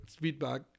feedback